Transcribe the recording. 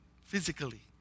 physically